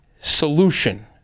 solution